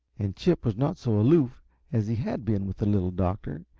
and chip was not so aloof as he had been with the little doctor,